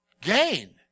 Gain